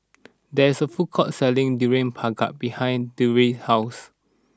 there is a food court selling Durian Pengat behind Durrell house